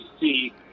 see